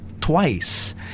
Twice